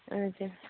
हजुर